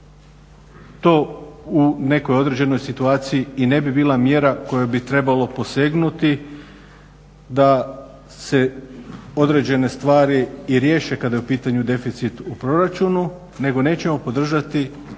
to u nekoj određenoj situaciji i ne bi bila mjera kojoj bi trebalo posegnuti da se određene stvari i riješe kada je u pitanju deficit u proračunu, nego nećemo podržati